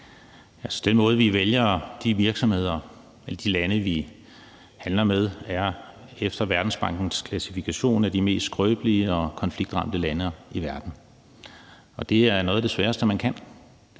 Den måde, hvorpå vi vælger de lande, vi handler med, er efter Verdensbankens klassifikation af de mest skrøbelige og konfliktramte lande i verden, og det er noget af det sværeste, man kan.